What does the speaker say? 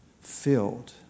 filled